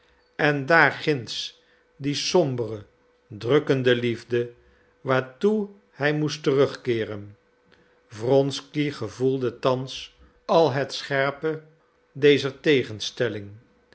en daar ginds die sombere drukkende liefde waartoe hij moest terugkeeren wronsky gevoelde thans al het scherpe dezer tegenstelling